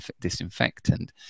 disinfectant